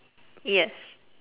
yes